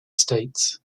states